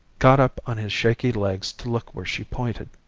got up on his shaky legs to look where she pointed.